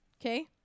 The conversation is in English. Okay